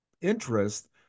interest